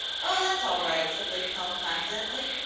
oh, that's all right, said whitcomb, confidently.